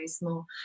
more